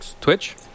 Twitch